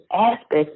aspects